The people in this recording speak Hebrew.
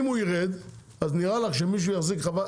אם הוא ירד אז נראה לך שמישהו יחזיק חווה,